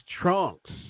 trunks